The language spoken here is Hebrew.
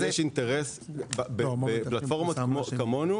בפלטפורמות כמונו